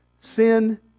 sin